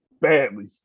badly